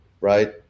right